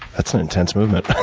that's some intense movement.